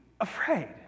afraid